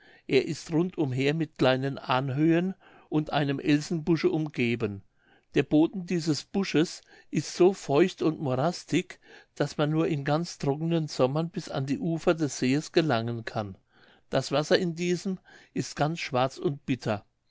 er ist rund umher mit kleinen anhöhen und einem elsenbusche umgeben der boden dieses busches ist so feucht und morastig daß man nur in ganz trocknen sommern bis an die ufer des sees gelangen kann das wasser in diesem ist ganz schwarz und bitter